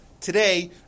Today